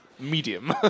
medium